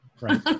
Right